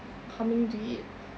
how many do you eat